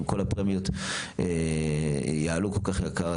אם כל הפרמיות יעלו כל כך יקר,